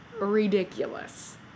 ridiculous